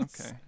Okay